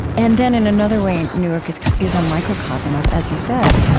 and then, in another way, newark is is a microcosm of, as you said,